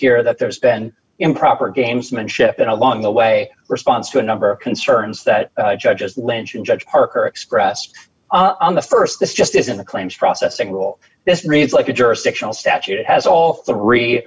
here that there's been improper gamesmanship in along the way response to a number of concerns that judges lynch and judge parker expressed on the st this just isn't the claims processing rule this reads like a jurisdictional statute it has all three